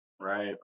right